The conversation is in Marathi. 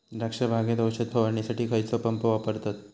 द्राक्ष बागेत औषध फवारणीसाठी खैयचो पंप वापरतत?